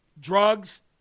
drugs